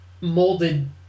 molded